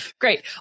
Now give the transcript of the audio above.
Great